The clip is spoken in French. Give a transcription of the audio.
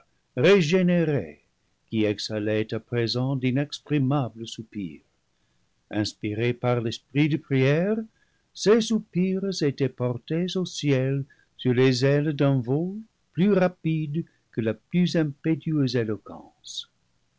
régénérée qui exhalait à présent d'inexprimables soupirs inspirés par l'esprit de prière ces soupirs étaient portés au ciel sur des ailes d'un vol plus rapide que la plus impétueuse éloquence